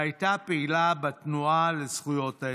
והייתה פעילה בתנועה לזכויות האזרח.